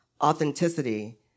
authenticity